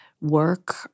work